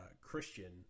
Christian